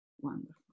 Wonderful